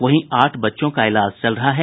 वहीं आठ बच्चों का इलाज चल रहा है